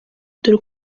dore